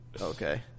Okay